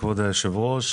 כבוד היושב-ראש,